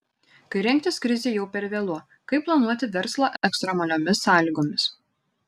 kai rengtis krizei jau per vėlu kaip planuoti verslą ekstremaliomis sąlygomis